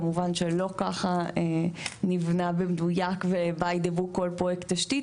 כמובן שלא ככה נבנה במדויק ו- by the book כל פרויקט תשתית.